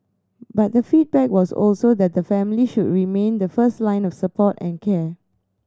but the feedback was also that the family should remain the first line of support and care